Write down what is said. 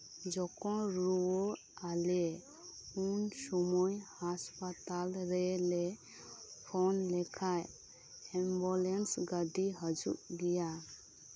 ᱡᱚᱠᱷᱚᱱ ᱨᱩᱣᱟᱹᱜ ᱟᱞᱮ ᱩᱱ ᱥᱚᱢᱚᱭ ᱦᱟᱥᱯᱟᱛᱟᱞ ᱨᱮᱞᱮ ᱯᱷᱳᱱ ᱞᱮᱠᱷᱟᱱ ᱮᱢᱵᱩᱞᱮᱱᱥ ᱜᱟᱹᱰᱤ ᱦᱤᱡᱩᱜ ᱜᱮᱭᱟ